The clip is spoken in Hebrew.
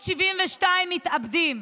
572 מתאבדים.